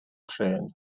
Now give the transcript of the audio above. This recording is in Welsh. trên